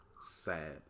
Sad